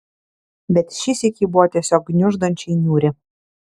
bet šįsyk ji buvo tiesiog gniuždančiai niūri